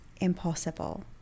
impossible